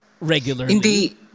regularly